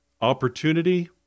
Opportunity